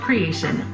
Creation